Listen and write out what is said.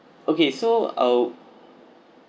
okay so oh